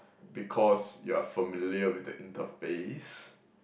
because you are familiar with the interface